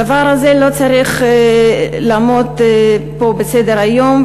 הדבר הזה לא צריך לעמוד פה על סדר-היום,